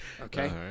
Okay